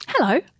Hello